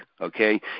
okay